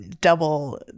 double